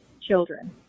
children